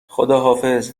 خداحافظ